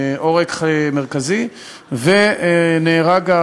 בעורק מרכזי והבחור נהרג.